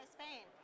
Spain